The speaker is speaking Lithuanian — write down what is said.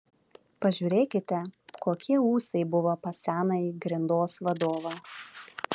pažiūrėkite kokie ūsai buvo pas senąjį grindos vadovą